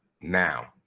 now